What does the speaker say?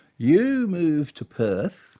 you move to perth,